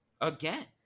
again